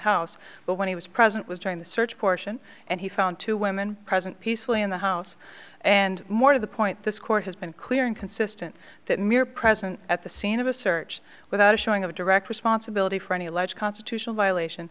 house but when he was president was during the search portion and he found two women present peacefully in the house and more to the point this court has been clear and consistent that mere presence at the scene of a search without a showing of direct responsibility for any alleged constitutional violation